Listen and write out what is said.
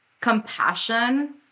compassion